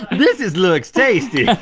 this is looks tasty.